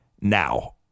Now